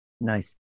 Nice